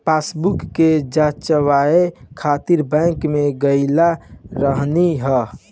passbook के जचवाए खातिर बैंक में गईल रहनी हअ